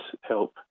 help